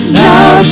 now